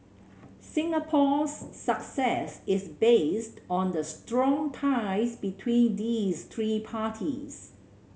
Singapore's success is based on the strong ties between these three parties